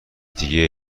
دیگه